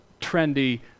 trendy